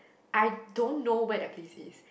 I don't know where that place is